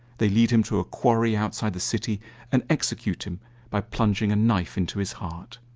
they lead him to a quarry outside the city and execute him by plunging a knife into his heart.